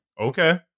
Okay